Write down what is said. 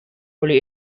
only